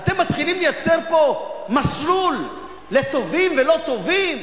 ואתם מתחילים לייצר פה מסלול לטובים ולא-טובים?